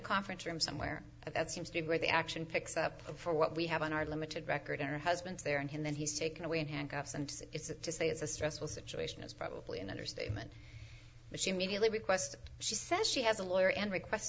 conference room somewhere at that seems to be where the action picks up for what we have on our limited record and her husband's there and then he's taken away in handcuffs and it's to say it's a stressful situation is probably an understatement but she immediately request she says she has a lawyer and request